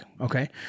okay